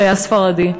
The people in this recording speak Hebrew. שהיה ספרדי.